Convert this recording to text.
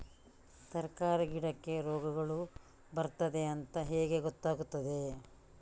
ತರಕಾರಿ ಗಿಡಕ್ಕೆ ರೋಗಗಳು ಬರ್ತದೆ ಅಂತ ಹೇಗೆ ಗೊತ್ತಾಗುತ್ತದೆ?